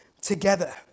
together